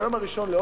היום 1 באוגוסט?